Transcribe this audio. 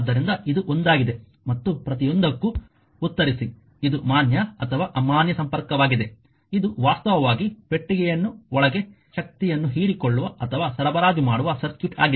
ಆದ್ದರಿಂದ ಇದು ಒಂದಾಗಿದೆ ಮತ್ತು ಪ್ರತಿಯೊಂದಕ್ಕೂ ಉತ್ತರಿಸಿ ಇದು ಮಾನ್ಯ ಅಥವಾ ಅಮಾನ್ಯ ಸಂಪರ್ಕವಾಗಿದೆ ಇದು ವಾಸ್ತವವಾಗಿ ಪೆಟ್ಟಿಗೆಯನ್ನು ಒಳಗೆ ಶಕ್ತಿಯನ್ನು ಹೀರಿಕೊಳ್ಳುವ ಅಥವಾ ಸರಬರಾಜು ಮಾಡುವ ಸರ್ಕ್ಯೂಟ್ ಆಗಿದೆ